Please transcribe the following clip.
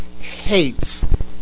hates